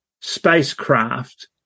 spacecraft